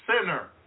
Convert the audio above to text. sinner